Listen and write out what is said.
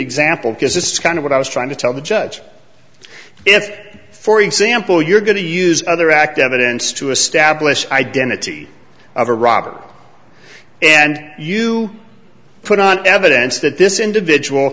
example because it's kind of what i was trying to tell the judge if for example you're going to use other act evidence to establish identity of iraq and you put on evidence that this individual